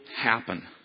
happen